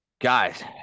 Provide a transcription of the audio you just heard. Guys